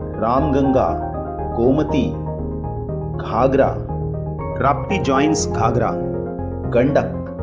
and um and and gomati ghagra rapti joins ghagra gandak